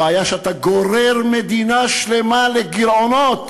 הבעיה היא שאתה גורר מדינה שלמה לגירעונות